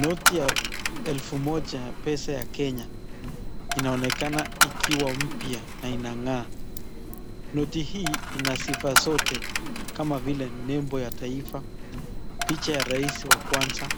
Noti ya elfu moja pesa ya Kenya inaonekana ikiwa mpya na inang'aa. Noti hii ina sifa zote kama vile lebo ya taifa, picha ya rais wa kwanza